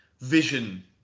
vision